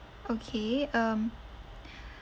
okay um